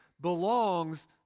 belongs